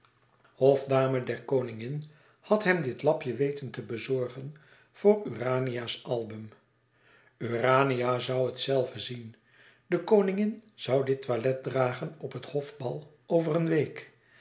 hofdame der koningin had hem dit lapje weten te bezorgen voor urania's album urania zoû het zelve zien de koningin zoû dit toilet dragen op het hofbal over een week